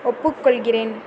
ஒப்புக்கொள்கிறேன்